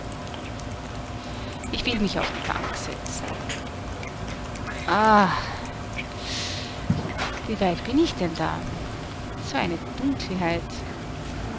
ich will mich auf die bank setzen ah wie weit bin ich denn da so eine dunkelheit